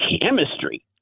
chemistry